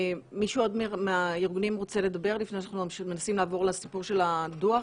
מישהו עוד מהארגונים רוצה לדבר לפני שאנחנו מנסים לעבור לסיפור של הדוח?